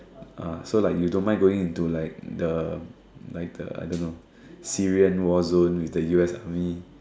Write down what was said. uh so like you don't mind going to like the like the I don't know Syrian warzone with the U_S army